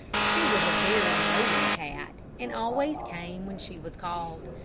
she was a very knowing cat, and always came when she was called.